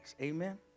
Amen